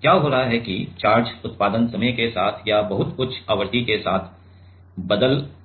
क्या हो रहा है कि चार्ज उत्पादन समय के साथ और बहुत उच्च आवृत्ति के साथ बदल रही है